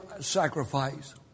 sacrifice